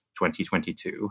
2022